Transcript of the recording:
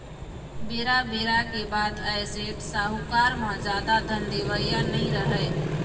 बेरा बेरा के बात आय सेठ, साहूकार म जादा धन देवइया नइ राहय